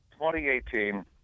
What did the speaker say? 2018